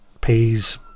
peas